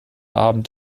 abend